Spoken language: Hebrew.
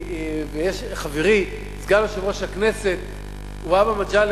וחברי סגן יושב-ראש הכנסת והבה מגלי,